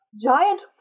giant